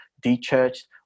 de-churched